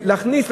שלהכניס,